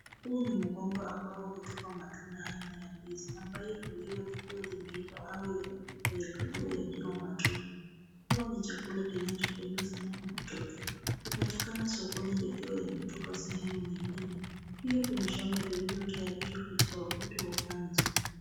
Huu ni mgomba ambao hutupa matunda aina ya ndizi, ambayo huliwa zikiwa zimeiva au yanapikwa yakaliwa yakiwa matupu. Huwa ni chakula kinachopendwa sana na watoto. Hupatikana sokoni yakiwa yametoka sehemu nyingine. Pia kuna shamba lililotayarishwa katika wakati wa upanzi.